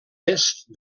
est